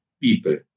people